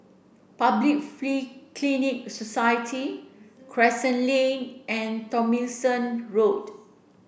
Public Free Clinic Society Crescent Lane and Tomlinson Road